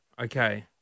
Okay